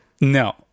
No